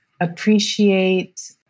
appreciate